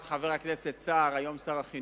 וחבר הכנסת סער, כתוארו אז, היום שר החינוך,